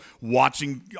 watching